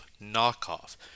knockoff